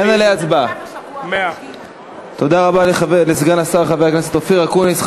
תודה רבה לסגן השר חבר הכנסת אופיר אקוניס.